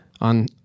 on